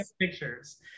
pictures